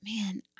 man